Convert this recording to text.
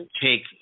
take